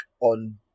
on